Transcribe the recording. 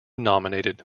nominated